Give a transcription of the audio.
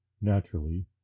Naturally